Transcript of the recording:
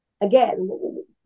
again